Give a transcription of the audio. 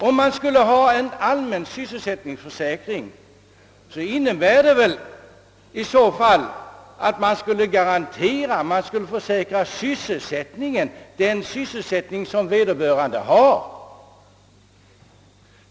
Om vi skulle ha en allmän sysselsättningsförsäkring, så innebär det väl att man skulle försäkra sysselsättningen, d.v.s. den sysselsättning som vederbö rande har.